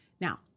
Now